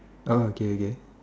oh okay okay